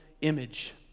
image